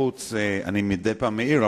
מדי פעם אני מעיר,